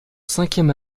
cinquième